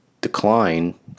decline